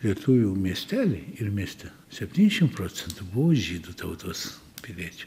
lietuvių miestely ir mieste septyniašim procentų buvo žydų tautos piliečių